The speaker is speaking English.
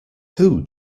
who